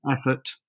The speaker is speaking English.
effort